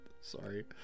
Sorry